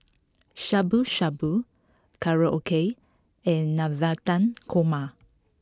Shabu Shabu Korokke and Navratan Korma